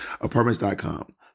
Apartments.com